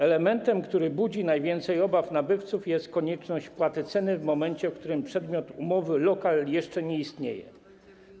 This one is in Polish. Elementem, który budzi najwięcej obaw nabywców, jest konieczność wpłaty ceny w momencie, w którym przedmiot umowy, lokal, jeszcze nie istnieje.